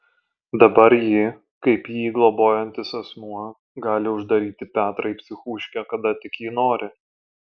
dabar ji kaip jį globojantis asmuo gali uždaryti petrą į psichuškę kada tik ji nori